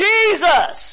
Jesus